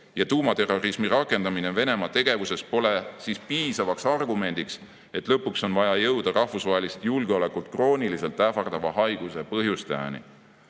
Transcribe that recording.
ja tuumaterrorismi rakendamine Venemaa tegevuses pole piisavaks argumendiks, et lõpuks on vaja jõuda rahvusvahelist julgeolekut krooniliselt ähvardava haiguse põhjustajani.